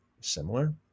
Similar